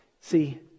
See